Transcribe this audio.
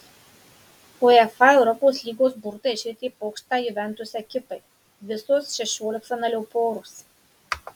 uefa europos lygos burtai iškrėtė pokštą juventus ekipai visos šešioliktfinalio poros